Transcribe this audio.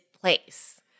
place